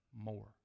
more